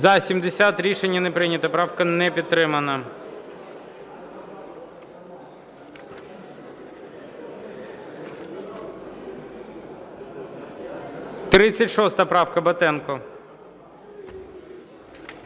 За-70 Рішення не прийнято. Правка не підтримана. 36 правка, Батенко.